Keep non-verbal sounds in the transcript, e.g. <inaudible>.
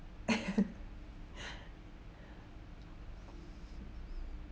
<laughs>